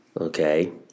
Okay